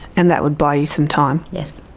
and that would buy you some time? yes.